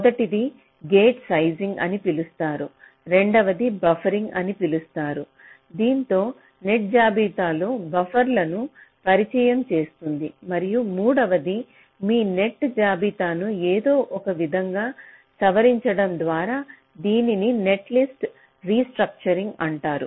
మొదటిది gate sizing అని పిలుస్తారు రెండవది బఫరింగ్ అని పిలుస్తారు దీనిలో నెట్ జాబితాలో బఫర్లను పరిచయం చేస్తుంది మరియు మూడవది మీ నెట్ జాబితాను ఏదో ఒక విధంగా సవరించడం ద్వారా దీనిని నెట్లిస్ట్ రీస్ట్రక్చరింగ్ అంటారు